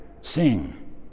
sing